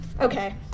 Okay